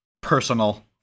personal